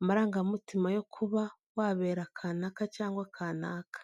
amarangamutima yo kuba wabera kanaka cyangwa kanaka.